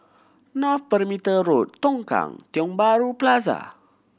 North Perimeter Road Tongkang Tiong Bahru Plaza